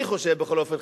אני חושב בכל אופן,